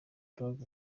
dogg